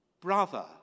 brother